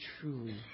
truly